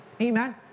Amen